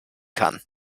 kann